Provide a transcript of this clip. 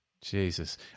Jesus